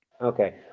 Okay